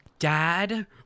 Dad